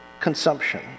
consumption